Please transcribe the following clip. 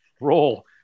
roll